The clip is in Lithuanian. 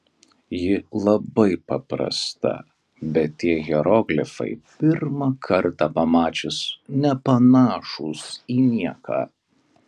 ji labai paprasta bet tie hieroglifai pirmą kartą pamačius nepanašūs į nieką